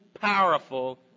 powerful